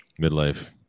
midlife